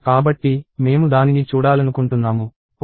కాబట్టి మేము దానిని చూడాలనుకుంటున్నాము "ఓహ్